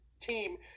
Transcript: team